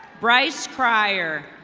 bryce cryer.